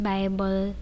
Bible